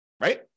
Right